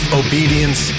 obedience